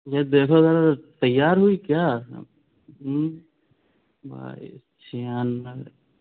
یہ دیکھو ذرا تیار ہوئی کیا بائیس چھیانوے